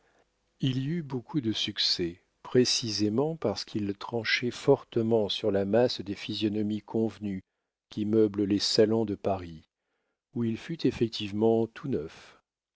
il y eut beaucoup de succès précisément parce qu'il tranchait fortement sur la masse des physionomies convenues qui meublent les salons de paris où il fut effectivement tout neuf